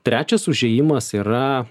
trečias užėjimas yra